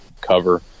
cover